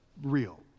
real